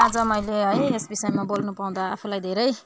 आज मैले है यस विषयमा बोल्नु पाउँदा आफूलाई धेरै